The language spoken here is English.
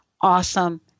Awesome